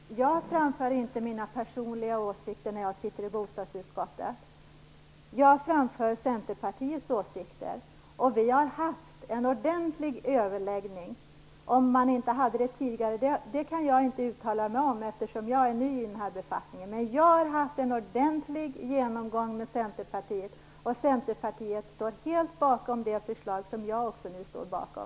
Fru talman och Erling Bager! Jag framför inte mina personliga åsikter när jag sitter i bostadsutskottet. Jag framför Centerpartiets åsikter, och vi har haft en ordentlig överläggning. Huruvida man inte hade det tidigare kan jag inte uttala mig om, eftersom jag är ny i den här befattningen. Jag har dock haft en ordentlig genomgång med Centerpartiet, och Centerpartiet står helt bakom det förslag som jag nu också står bakom.